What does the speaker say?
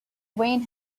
wayne